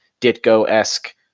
Ditko-esque